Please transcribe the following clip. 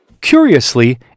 Curiously